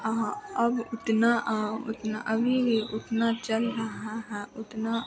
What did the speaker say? वहाँ अब इतना उतना अभी भी उतना चल रहा हा उतना